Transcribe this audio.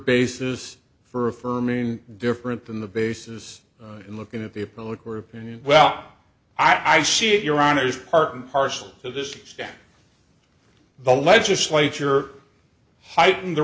basis for affirming different than the basis in looking at the appellate court opinion well i see your honor is part and parcel to this extent the legislature heightened the